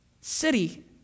city